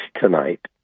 tonight